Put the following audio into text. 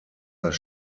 das